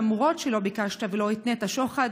למרות שלא ביקשת ולא התנית שוחד,